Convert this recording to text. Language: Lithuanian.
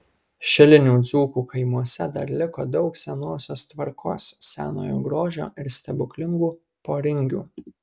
šilinių dzūkų kaimuose dar liko daug senosios tvarkos senojo grožio ir stebuklingų poringių